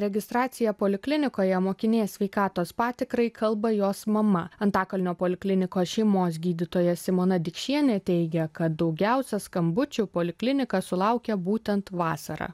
registracija poliklinikoje mokinės sveikatos patikrai kalba jos mama antakalnio poliklinikos šeimos gydytoja simona dikšienė teigia kad daugiausia skambučių poliklinika sulaukia būtent vasarą